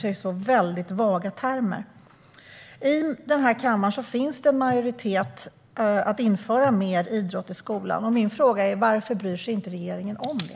I kammaren finns det en majoritet för att införa mer idrott i skolan. Varför bryr sig regeringen inte om det?